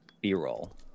B-roll